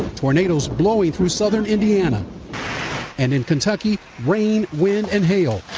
tornados blowing through southern indiana and in kentucky, rain, wind and hail.